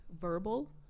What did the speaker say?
verbal